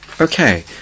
Okay